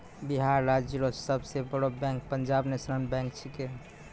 बिहार राज्य रो सब से बड़ो बैंक पंजाब नेशनल बैंक छैकै